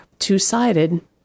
two-sided